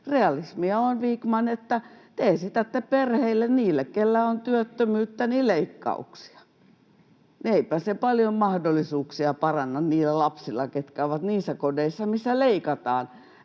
Vikman, että te esitätte perheille, niille, joilla on työttömyyttä, leikkauksia. Eipä se paljon mahdollisuuksia paranna niillä lapsilla, jotka ovat niissä kodeissa, missä leikataan